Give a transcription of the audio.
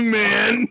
man